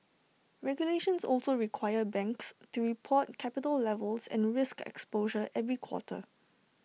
regulations also require banks to report capital levels and risk exposure every quarter